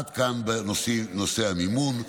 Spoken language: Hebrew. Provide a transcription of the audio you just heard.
עד כאן בנושא המימון.